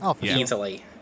easily